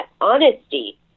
honesty